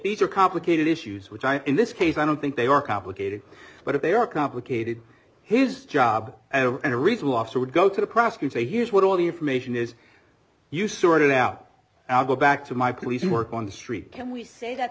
these are complicated issues which i in this case i don't think they are complicated but they are complicated his job and a reasonable officer would go to the prosecutor here's what all the information is you sorted out now i'll go back to my police work on the street can we say that